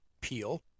Peel